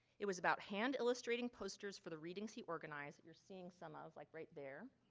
it was about hand illustrating posters for the readings he organized it, you're seeing some of like, right there